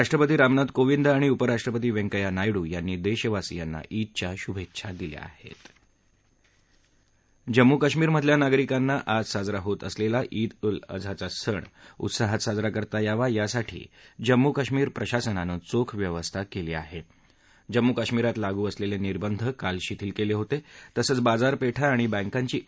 राष्ट्रपती रामनाथ कोविंद आणि उपराष्ट्रपती व्यंकेय्या नायडू यांनी दक्षिवासींना ईदच्या शुभछ्छा दिल्या आहस्त जम्मू कश्मीर मधल्या नागरिकांना आज साजरा होत असलेली ईद उल अझाचा सण उत्साहात साजरा करता यावा यासाठी जम्मू कश्मीर प्रशासनानं चोख व्यवस्था कली आहा ज्रम्मू कश्मीरात लागू असलेखातीबंध काल शिथील कलाहीत असंच बाजारपत्ता आणि बँकांची ए